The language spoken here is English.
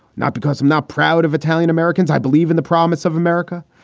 not because i'm not proud of italian americans, i believe in the promise of america.